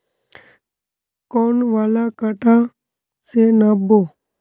कौन वाला कटा से नाप बो?